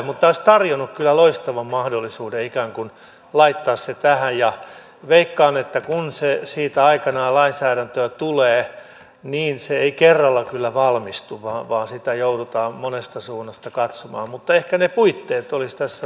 mutta tämä olisi tarjonnut kyllä loistavan mahdollisuuden ikään kuin laittaa se tähän ja veikkaan että kun se siitä aikanaan lainsäädäntöön tulee niin se ei kerralla kyllä valmistu vaan sitä joudutaan monesta suunnasta katsomaan mutta ehkä ne puitteet olisivat tässä voineet nyt olla